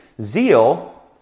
zeal